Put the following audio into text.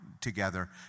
together